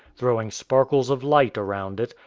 throwing sparkles of light around it,